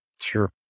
Sure